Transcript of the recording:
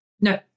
No